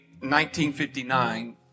1959